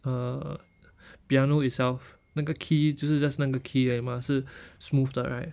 err piano itself 那个 key 就是 just 那个 key 而已 mah 是 smooth 的 right